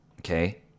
Okay